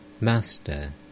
Master